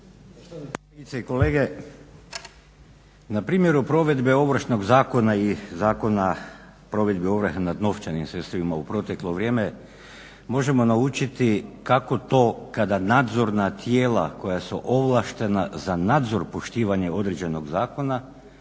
Na primjeru provedbe Ovršnog zakona i Zakona provedbe ovrhe nad novčanim sredstvima u proteklo vrijeme možemo naučiti kako to kada nadzorna tijela koja su ovlaštena za nadzor poštivanja određenog zakona